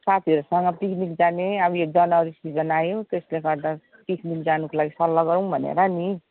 साथीहरूसँग पिकनिक जाने अब यो जनवरी सिजन आयो त्यसले गर्दा पिकनिक जानुको लागि सल्लाह गरौँ भनेर नि